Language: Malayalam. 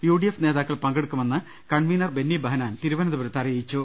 യുഡിഎഫ് നേതാക്കൾ പങ്കെ ടുക്കുമെന്ന് കൺവീനർ ബെന്നി ബഹനാൻ തിരുവനന്തപുരത്ത് അറിയിച്ചു